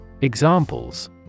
Examples